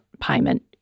payment